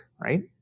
right